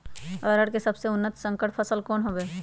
अरहर के सबसे उन्नत संकर फसल कौन हव?